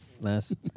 last